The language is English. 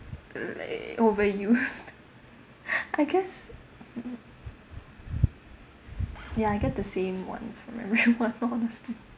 uh they overused I guess mm mm ya I get the same ones remember honestly